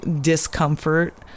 discomfort